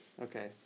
Okay